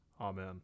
amen